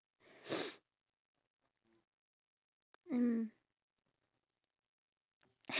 they really they didn't like enjoy themselves that's that as much as they thought they would